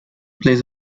plays